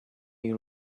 you